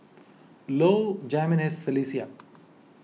Low Jimenez Felicia